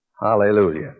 Hallelujah